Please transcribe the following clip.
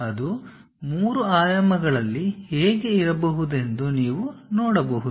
ಅದು ಮೂರು ಆಯಾಮಗಳಲ್ಲಿ ಹೇಗೆ ಇರಬಹುದೆಂದು ನೀವು ನೋಡಬಹುದು